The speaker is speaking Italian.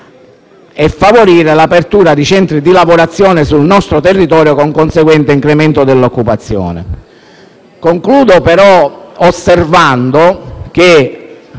e favorire l'apertura di centri di lavorazione sul nostro territorio, con conseguente incremento dell'occupazione. Ringraziando il